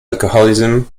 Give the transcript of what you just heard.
alcoholism